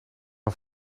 een